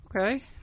Okay